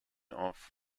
auf